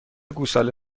گوساله